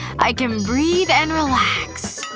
i can breathe and relax.